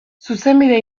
zuzenbide